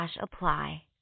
Apply